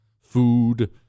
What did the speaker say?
food